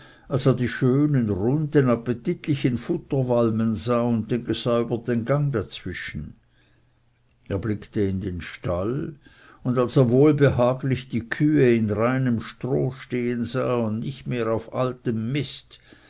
die schönen runden appetitlichen futterwalmen sah und den gesäuberten gang dazwischen er blickte in den stall und als er wohlbehaglich die kühe in reinem stroh stehen sah und nicht mehr auf altem mist